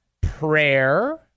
prayer